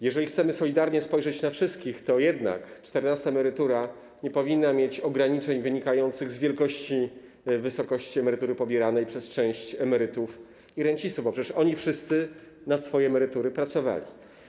Jeżeli chcielibyśmy solidarnie spojrzeć na wszystkich, to jednak czternasta emerytura nie powinna mieć ograniczeń wynikających z wielkości, wysokości emerytury pobieranej przez część emerytów i rencistów, bo przecież oni wszyscy na swoje emerytury pracowali.